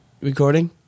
recording